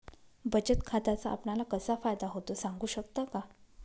बचत खात्याचा आपणाला कसा फायदा होतो? सांगू शकता का?